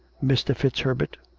mr. fitzherbert.